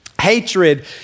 hatred